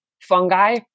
fungi